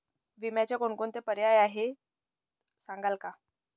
विम्याचे कोणकोणते पर्याय आहेत सांगाल का?